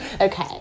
Okay